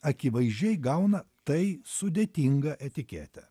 akivaizdžiai gauna tai sudėtinga etiketę